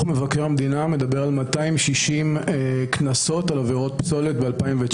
מבקר המדינה מדבר על 260 קנסות לעבירות פסולת בשנת 2019